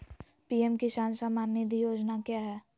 PM Kisan Samman Nidhi योजना क्या है?